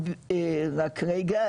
רק רגע,